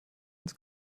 ins